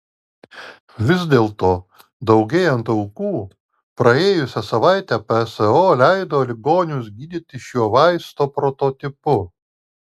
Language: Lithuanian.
vis dėlto daugėjant aukų praėjusią savaitę pso leido ligonius gydyti šiuo vaisto prototipu